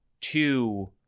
two